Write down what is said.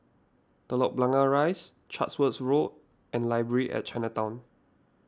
Telok Blangah Rise Chatsworth Road and Library at Chinatown